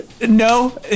No